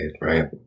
right